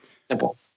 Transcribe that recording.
Simple